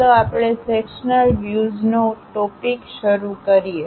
ચાલો આપણે સેક્શનલ વ્યુઝનો ટોપીક શરૂ કરીએ